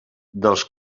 dels